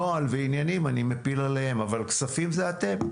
נוהל ועניינים אני מפיל עליהם אבל כספים זה אתם,